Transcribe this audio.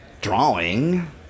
drawing